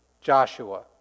Joshua